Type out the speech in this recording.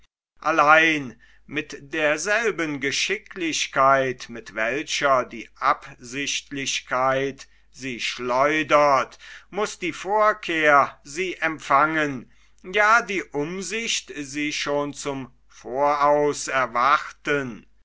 allein mit derselben geschicklichkeit mit welcher die absichtlichkeit sie schleudert muß die vorkehr sie empfangen ja die umsicht sie schon zum voraus erwarten